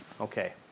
Okay